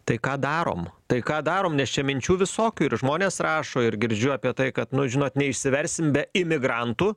tai ką darom tai ką darom nes čia minčių visokių ir žmonės rašo ir girdžiu apie tai kad nu žinot neišsiversim be imigrantų